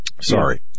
Sorry